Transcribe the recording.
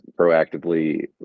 proactively